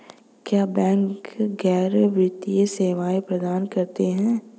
क्या बैंक गैर वित्तीय सेवाएं प्रदान करते हैं?